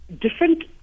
different